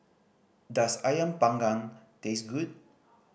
does Ayam Panggang taste good